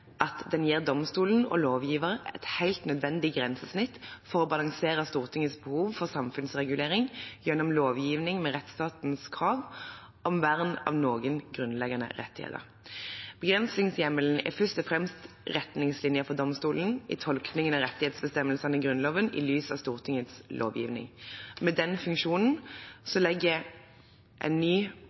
at den gir domstolen og lovgiveren et helt nødvendig grensesnitt for å balansere Stortingets behov for samfunnsregulering gjennom lovgivning med rettsstatens krav om vern av noen grunnleggende rettigheter. Begrensningshjemmelen er først og fremst retningslinjer for domstolen i tolkningen av rettighetsbestemmelsene i Grunnloven, i lys av Stortingets lovgivning. Med den funksjonen legger en ny